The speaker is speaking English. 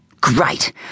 Great